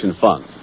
Fund